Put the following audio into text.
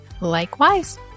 Likewise